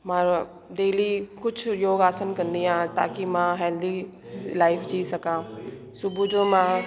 मां रो डेली कुझु योग आसन कंदी आहियां ताकी मां हेल्दी लाइफ़ जी सघां सुबुह जो मां